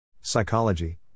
Psychology